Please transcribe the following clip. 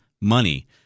money